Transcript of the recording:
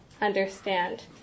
understand